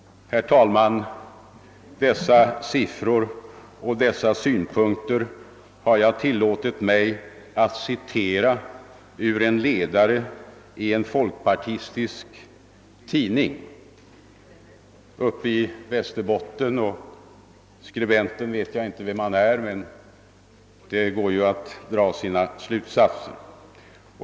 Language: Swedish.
Herr talman! Dessa siffror och dessa synpunkter har jag tillåtit mig att hämta ur en ledare i en folkpartistisk tidning uppe i Västerbotten. Vem skribenten är vet jag inte, men det går ju att dra vissa slutsatser.